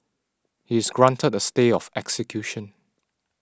he is granted a stay of execution